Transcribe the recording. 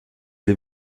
les